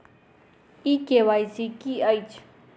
ई KYC की अछि?